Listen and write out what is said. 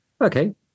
Okay